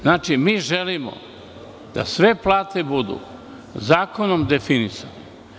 Znači, mi želimo da sve plate budu zakonom definisane.